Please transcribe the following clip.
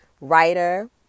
Writer